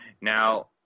Now